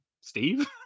Steve